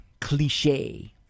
cliche